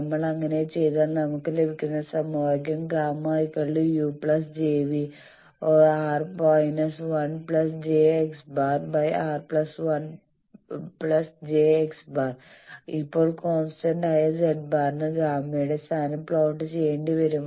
നമ്മൾ അങ്ങനെ ചെയ്താൽ നമ്മൾക്ക് ലഭിക്കുന്ന സമവാക്യം Γu jv R−1 j x̄ R1 j x̄ ഇപ്പോൾ കോൺസ്റ്റന്റ് ആയ z̄ ന് ഗാമയുടെ സ്ഥാനം പ്ലോട്ട് ചെയ്യേണ്ടി വരും